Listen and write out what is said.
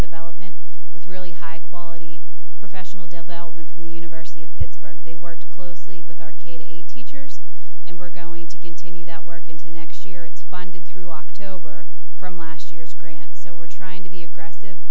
development with really high quality professional development from the university of pittsburgh they worked closely with our kate teachers and we're going to continue that work into next year it's funded through october from last year's grant so we're trying to be aggressive